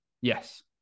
Yes